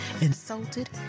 insulted